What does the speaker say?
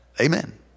Amen